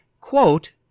Quote